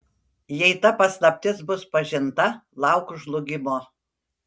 jei ta paslaptis bus pažinta lauk žlugimo